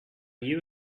you